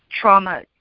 trauma